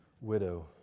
widow